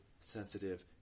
sensitive